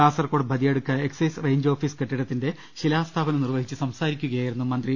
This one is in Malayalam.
Kasaragod Badiyadka excise range office കെട്ടിടത്തിന്റെ ശിലാസ്ഥാപനം നിർവഹിച്ച് സംസാരിക്കു കയായിരുന്നു മന്ത്രി